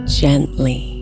gently